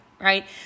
Right